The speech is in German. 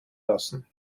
lassen